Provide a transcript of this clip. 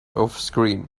offscreen